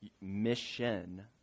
mission